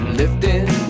lifting